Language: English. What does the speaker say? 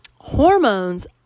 Hormones